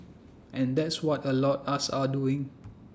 and that's what A lot us are doing